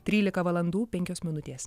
trylika valandų penkios minutės